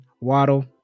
Waddle